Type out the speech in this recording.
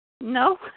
No